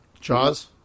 Jaws